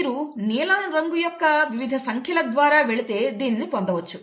మీరు నీలం రంగు యొక్క వివిధ సంఖ్యల ద్వారా వెళితే దీనిని పొందవచ్చు